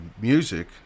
music